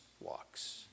walks